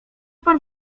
pan